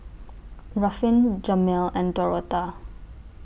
Ruffin Jameel and Dorotha